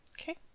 Okay